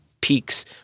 peaks